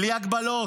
בלי הגבלות.